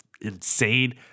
insane